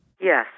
Yes